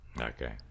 Okay